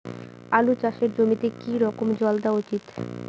আলু চাষের জমিতে কি রকম জল দেওয়া উচিৎ?